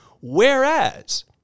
Whereas